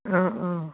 অঁ অঁ